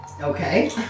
Okay